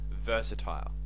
versatile